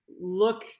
look